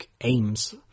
aims